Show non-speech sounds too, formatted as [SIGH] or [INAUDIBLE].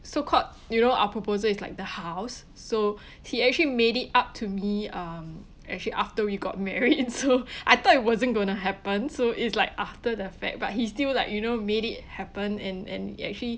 so called you know our proposal is like the house so [BREATH] he actually made it up to me um actually after we got married so [BREATH] I thought it wasn't going to happen so it's like after the fact but he's still like you know made it happen and and he actually